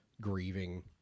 grieving